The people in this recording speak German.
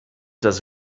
das